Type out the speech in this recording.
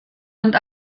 und